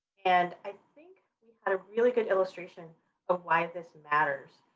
and i think we had a really good illustration of why this matters.